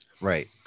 right